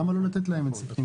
למה לא לתת להם את זה?